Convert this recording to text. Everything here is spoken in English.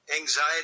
anxiety